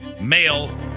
Male